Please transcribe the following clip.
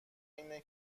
اینه